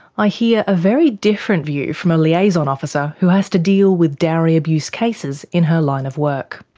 i hear a very different view from a liaison officer who has to deal with dowry abuse cases in her line of work.